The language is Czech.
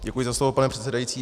Děkuji za slovo, pane předsedající.